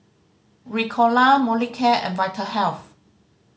Ricola Molicare and Vitahealth